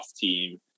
team